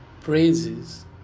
praises